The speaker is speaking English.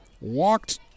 walked